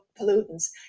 pollutants